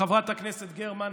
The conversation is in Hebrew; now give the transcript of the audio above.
חברת הכנסת גרמן,